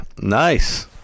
Nice